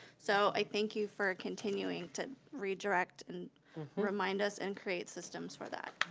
so i thank you for continuing to redirect, and remind us and create systems for that.